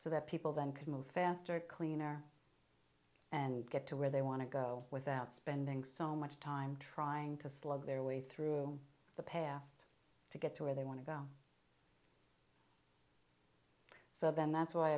so that people then can move faster cleaner and get to where they want to go without spending so much time trying to slow their way through the past to get to where they want to go so then that's why